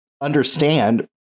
understand